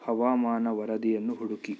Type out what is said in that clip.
ಹವಾಮಾನ ವರದಿಯನ್ನು ಹುಡುಕಿ